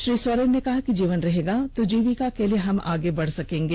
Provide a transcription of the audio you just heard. श्री सोरेन ने कहा कि जीवन रहेगा तो जीविका के लिए हम आगे बढ़ सकेंगे